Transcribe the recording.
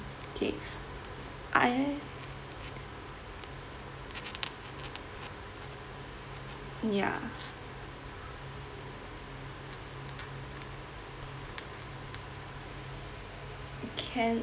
K I ya can